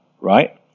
right